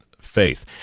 faith